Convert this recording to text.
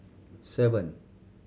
seven